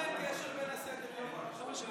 אני עובר לנושא מס' 28,